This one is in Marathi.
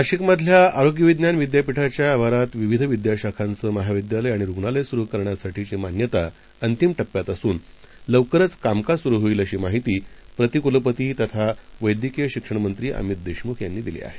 नाशिकमधल्या आरोग्य विज्ञान विद्यापीठाच्या आवारात विविध विद्याशाखांचं महाविद्यालय आणि रुग्णालय सुरु करण्यासाठीची मान्यता अंतीम टप्प्यात असून लवकरच कामकाज सुरू होईल अशी माहिती प्रति कुलपती तथा वैद्यकीय शिक्षणमंत्री अमित देशमुख यांनी दिली आहे